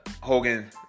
Hogan